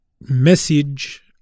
message